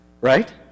Right